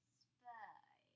spy